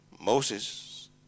Moses